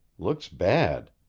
looks bad!